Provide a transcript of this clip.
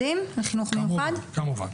של משרד החינוך מגיע בשלב מאוד מאוחר,